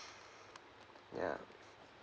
ya